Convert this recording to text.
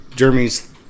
Jeremy's